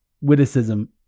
witticism